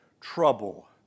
trouble